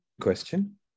question